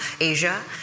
Asia